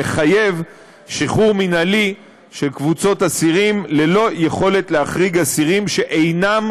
מחייב שחרור מינהלי של קבוצות אסירים ללא יכולת להחריג אסירים שאינם